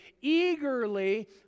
eagerly